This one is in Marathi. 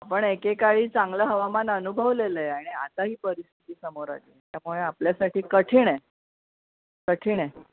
आपण एकेकाळी चांगलं हवामान अनुभवलेलं आहे आणि आता ही परिस्थिती समोर आहे त्यामुळे आपल्यासाठी कठीण आहे कठीण आहे